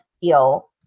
feel